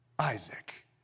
Isaac